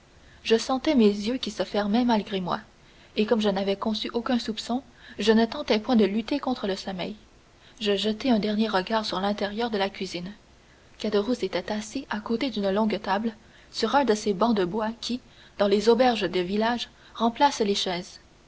je sentais mes yeux qui se fermaient malgré moi et comme je n'avais conçu aucun soupçon je ne tentai point de lutter contre le sommeil je jetai un dernier regard sur l'intérieur de la cuisine caderousse était assis à côté d'une longue table sur un de ces bancs de bois qui dans les auberges de village remplacent les chaises